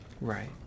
right